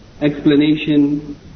explanation